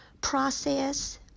process